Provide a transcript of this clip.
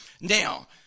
Now